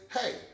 hey